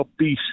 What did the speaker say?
upbeat